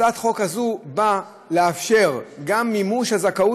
הצעת החוק הזאת נועדה לאפשר מימוש של הזכאות